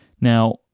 Now